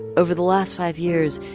over the last five years,